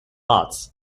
arts